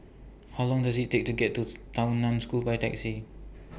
How Long Does IT Take to get to Tao NAN School By Taxi